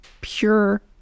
pure